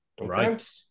Right